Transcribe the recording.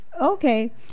Okay